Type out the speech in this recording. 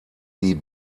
die